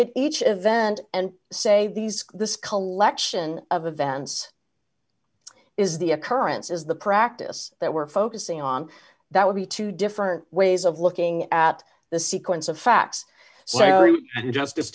at each event and say these this collection of events is the occurrences the practice that we're focusing on that would be two different ways of looking at the sequence of facts so justice